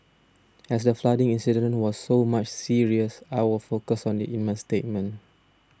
as the flooding incident was so much serious I will focus on it in my statement